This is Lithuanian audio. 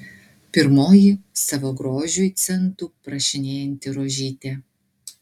pirmoji savo grožiui centų prašinėjanti rožytė